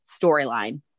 storyline